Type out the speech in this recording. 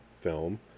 film